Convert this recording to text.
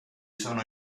sono